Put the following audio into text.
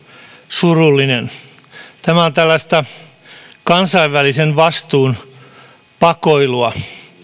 surullinen tämä on tällaista kansainvälisen vastuun pakoilua